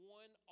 one